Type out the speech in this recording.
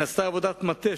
נעשתה עבודת מטה,